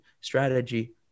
strategy